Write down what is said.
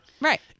right